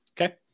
Okay